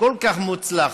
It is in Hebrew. כל כך מוצלחת,